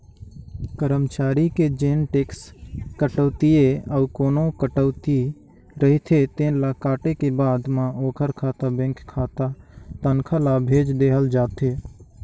करमचारी के जेन टेक्स कटउतीए अउ कोना कटउती रहिथे तेन ल काटे के बाद म ओखर खाता बेंक खाता तनखा ल भेज देहल जाथे